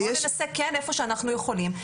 אז בואו ננסה כן איפה שאנחנו יכולים,